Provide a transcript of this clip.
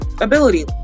ability